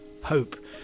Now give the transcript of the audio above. hope